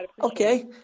Okay